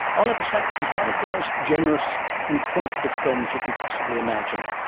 oliver sacks was one of the most generous and sensitive friends you could possibly imagine,